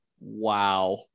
Wow